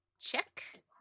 check